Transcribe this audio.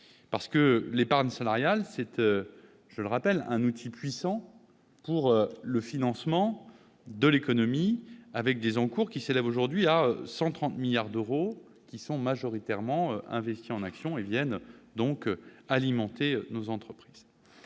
parce que l'épargne salariale, c'est un outil puissant pour le financement de l'économie, avec des encours qui s'élèvent aujourd'hui à 130 milliards d'euros, qui sont majoritairement investis en actions et qui viennent donc alimenter nos entreprises.